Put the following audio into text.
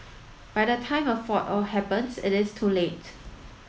by the time a fault happens it is too late